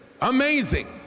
amazing